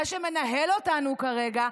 זה שמנהל אותנו כרגע,